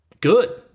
good